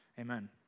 Amen